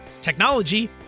technology